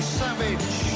savage